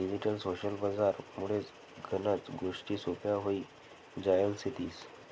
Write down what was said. digital social बजार मुळे गनच गोष्टी सोप्प्या व्हई जायल शेतीस